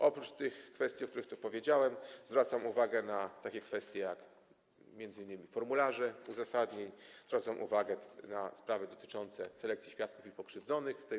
Oprócz tych kwestii, o których tu powiedziałem, zwracam uwagę na takie kwestie jak m.in. formularze uzasadnień, zwracam uwagę na sprawy dotyczące selekcji świadków i pokrzywdzonych.